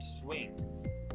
swing